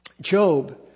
Job